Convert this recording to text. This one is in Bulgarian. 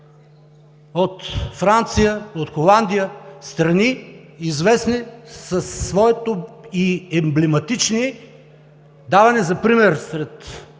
от Франция и Холандия – страни известни и емблематични, давани за пример сред